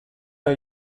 the